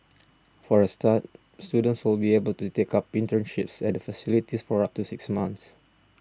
for a start students will be able to take up internships at the facility for up to six months